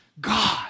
God